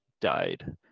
died